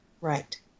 Right